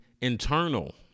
internal